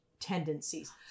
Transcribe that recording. tendencies